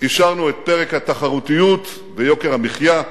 אישרנו את פרק התחרותיות ויוקר המחיה,